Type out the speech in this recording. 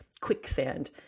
quicksand